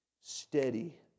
steady